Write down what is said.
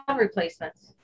replacements